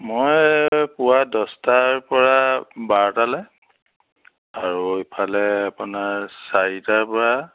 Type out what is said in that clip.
মই পুৱা দহটাৰ পৰা বাৰটালৈ আৰু ইফালে আপোনাৰ চাৰিটাৰ পৰা